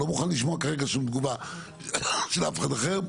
אני לא מוכן לשמוע כרגע שום תגובה של אף אחד אחר.